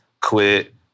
quit